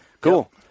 Cool